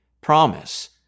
promise